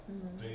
um